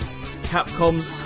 Capcom's